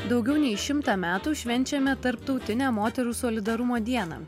daugiau nei šimtą metų švenčiame tarptautinę moterų solidarumo dieną